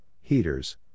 heaters